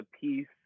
piece